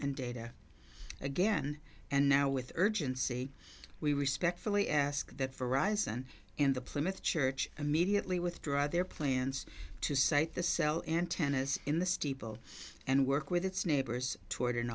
and data again and now with urgency we respectfully ask that for arisan in the plymouth church immediately withdraw their plans to site the cell antennas in the steeple and work with its neighbors toward an